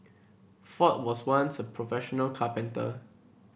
Ford was once a professional carpenter